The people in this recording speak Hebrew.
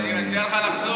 אז אני מציע לך לחזור,